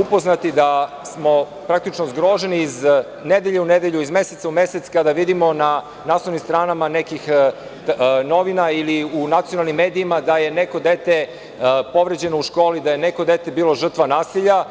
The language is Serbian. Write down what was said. upoznati i da smo praktično zgroženi, iz nedelje u nedelju, iz meseca u mesec, kada vidimo na naslovnim stranama nekih novina ili u nacionalnim medijima da je neko dete povređeno u školi, da je neko dete bilo žrtva nasilja.